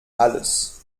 alles